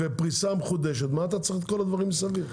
ופריסה מחודשת, מה אתה צריך את כל הדברים מסביב?